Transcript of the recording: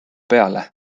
peale